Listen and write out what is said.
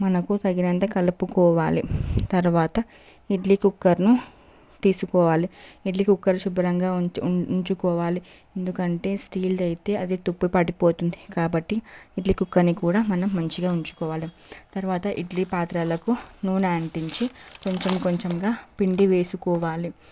మనకు తగినంత కలుపుకోవాలి తర్వాత ఇడ్లీ కుక్కర్ను తీసుకోవాలి ఇడ్లీ కుక్కర్ శుభ్రంగా ఉంచు ఉంచుకోవాలి ఎందుకంటే స్టీల్ది అయితే అది తుప్పు పట్టిపోతుంది కాబట్టి ఇడ్లీ కుక్కర్ని కూడా మనం మంచిగా ఉంచుకోవాలి తర్వాత ఇడ్లీ పాత్రలకు నూనె అంటించి కొంచెం కొంచెంగా పిండి వేసుకోవాలి